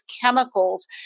chemicals